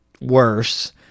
worse